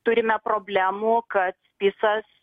turime problemų kad visas